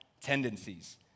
Tendencies